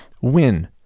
win